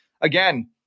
again